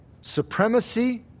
supremacy